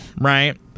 right